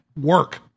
work